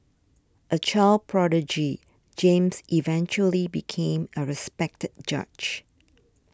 a child prodigy James eventually became a respected judge